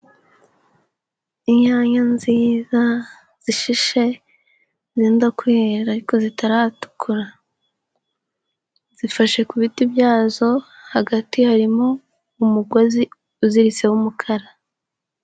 Inyanya nziza zishishe zenda kwera ariko zitaratukura, zifashe ku biti byazo hagati harimo umugozi uziritse w'umukara.